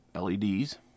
LEDs